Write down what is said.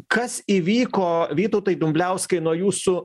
kas įvyko vytautai dumbliauskai nuo jūsų